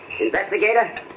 Investigator